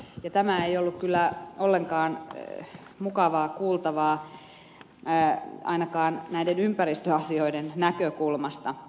tämä ei ollut kyllä ollenkaan mukavaa kuultavaa ainakaan näiden ympäristöasioiden näkökulmasta